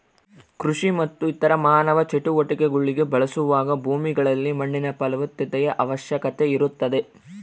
ಕೃಷಿ ಮತ್ತು ಇತರ ಮಾನವ ಚಟುವಟಿಕೆಗುಳ್ಗೆ ಬಳಸಲಾಗುವ ಭೂಮಿಗಳಲ್ಲಿ ಮಣ್ಣಿನ ಫಲವತ್ತತೆಯ ಅವಶ್ಯಕತೆ ಇರುತ್ತದೆ